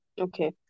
Okay